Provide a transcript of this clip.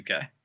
UK